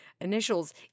initials